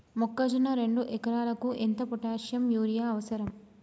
మొక్కజొన్న రెండు ఎకరాలకు ఎంత పొటాషియం యూరియా అవసరం?